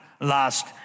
last